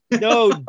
No